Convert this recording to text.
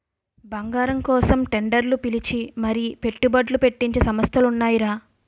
బంగారం కోసం టెండర్లు పిలిచి మరీ పెట్టుబడ్లు పెట్టించే సంస్థలు ఉన్నాయిరా